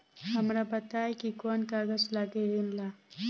हमरा बताई कि कौन कागज लागी ऋण ला?